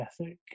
ethic